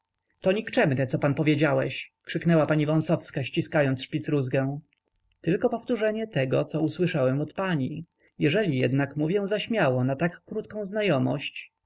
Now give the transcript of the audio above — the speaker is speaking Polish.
dobrze leży siodło to nikczemne co pan powiedziałeś krzyknęła pani wąsowska ściskając szpicrózgę tylko powtórzenie tego co słyszałem od pani jeżeli jednak mówię za śmiało na tak krótką znajomość